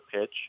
pitch